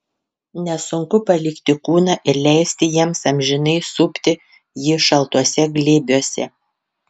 nesunku palikti kūną ir leisti jiems amžinai supti jį šaltuose glėbiuose